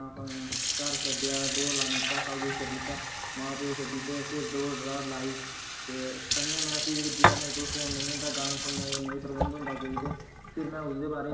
मेरा स्कूल च चित्तरकारी सिक्खने दा अक्सपिरिंस इन्ना अच्छा रेहा कि ओह् मेरा अजें तक बरकरार ऐ इक होंदा ना तुसें स्कूल च सिक्खी पेंटिंग चित्तरकारी सिक्खी